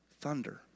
thunder